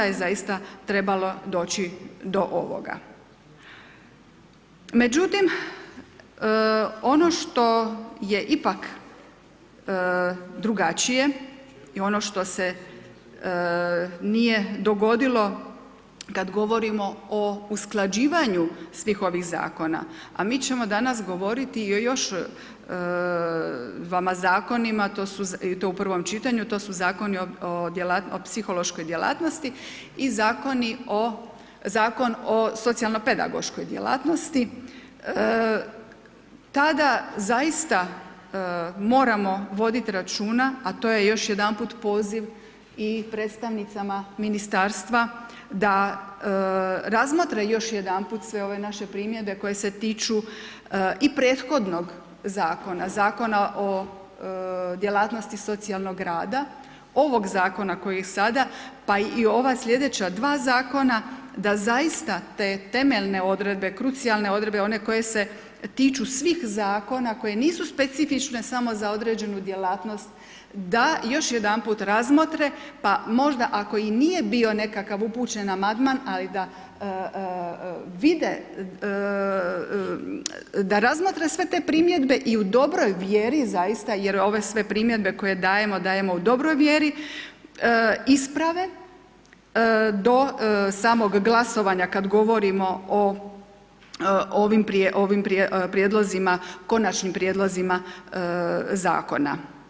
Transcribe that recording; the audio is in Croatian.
je ipak drugačije, i ono što se nije dogodilo kad govorimo o usklađivanju svih ovih Zakona, a mi ćemo danas govoriti i o još dvama Zakonima, to su, i to u prvom čitanju, to su Zakoni o djelatnosti, o psihološkoj djelatnosti, i Zakoni o, Zakon o socijalno pedagoškoj djelatnosti, tada zaista moramo voditi računa, a to je još jedanput poziv i predstavnicama Ministarstva da razmotre još jedanput sve ove naše primjedbe koje se tiču i prethodnog Zakona, Zakona o djelatnosti socijalnog rada, ovog Zakona koji je sada, pa i ova sljedeća dva Zakona, da zaista te temeljne odredbe, krucijalne odredbe, one koje se tiču svih Zakona koje nisu specifične samo za određenu djelatnost, da još jedanput razmotre, pa možda ako i nije bio nekakav upućen amandman, ali da vide, da razmotre sve te primjedbe i u dobroj vjeri, zaista, jer ove sve primjedbe koje dajemo, dajemo u dobroj vjeri, isprave do samog glasovanja kad govorimo o ovim, ovim prijedlozima, konačnim prijedlozima Zakona.